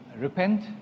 repent